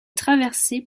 traversée